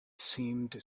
seemed